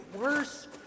worse